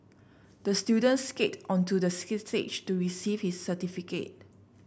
the student skated onto the stage to receive his certificate